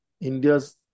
India's